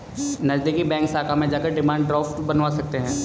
नज़दीकी बैंक शाखा में जाकर डिमांड ड्राफ्ट बनवा सकते है